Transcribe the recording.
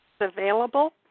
available